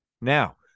Now